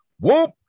Whoop